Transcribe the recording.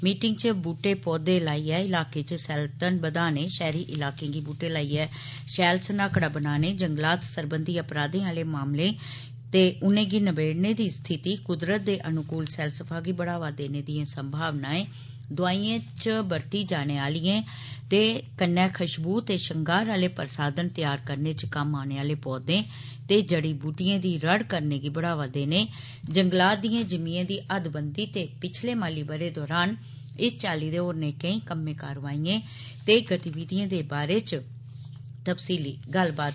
meeting च बूटे पौधें लाइयै इलाके च सैलतन बधाने शैहरी इलाके गी बुटे लाइयै शैल सनाकड़ा बनाने जंगलात सरबंधी अपराधे आले मामले ते उन्दे नबेड़ने दी स्थिति क्दरत दे अन्कूल सैलसफा गी बढ़ावा देने दियें संभावनाएं दोआइयें च बरती जाने आलियें ते कन्नै खूशबू ते श्रंगार आले प्रसाधन त्यार करने च कम्म औने आले पौधे ते जड़ी बूटियें दी रड़ करने गी बढ़ावा देने जंगलात दियें जिमीयें दे हदबंदी ते पिच्छले माली बरे दौरान इस चाली दे होरने केंई कम्मे कारवाइयें ते गतिविधियें दे बारै च तफसीली गल्लबात होई